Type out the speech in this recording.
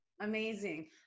Amazing